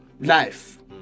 Life